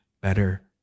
better